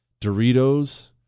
Doritos